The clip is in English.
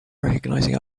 recognizing